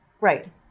Right